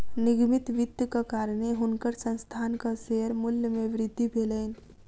निगमित वित्तक कारणेँ हुनकर संस्थानक शेयर मूल्य मे वृद्धि भेलैन